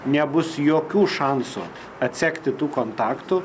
nebus jokių šansų atsekti tų kontaktų